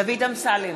דוד אמסלם,